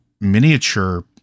miniature